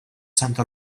santa